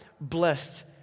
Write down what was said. blessed